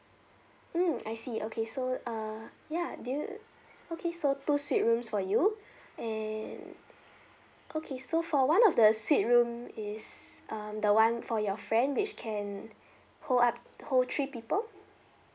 mm I see okay so uh ya do you okay so two suite rooms for you and okay so for one of the suite room is um the one for your friend which can hold up hold three people